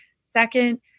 Second